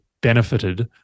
benefited